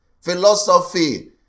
Philosophy